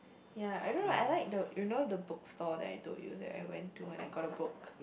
ya I don't know I like the you know the bookstore that I told you that I went to and I got a book